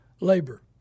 labor